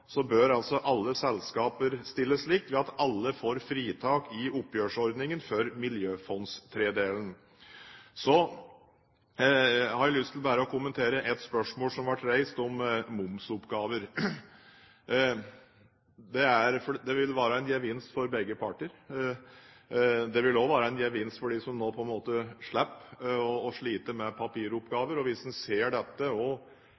bør altså alle selskaper stilles likt ved at alle får fritak i oppgjørsordningen for miljøfondstredjedelen. Så har jeg lyst til bare å kommentere ett spørsmål som ble reist om momsoppgaver. Det vil være en gevinst for begge parter. Det vil også være en gevinst for dem som nå slipper å slite med papiroppgaver. Hvis man ser dette også i sammenheng med